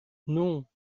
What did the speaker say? non